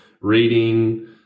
reading